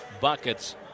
buckets